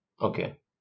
Okay